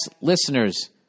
listeners